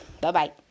Bye-bye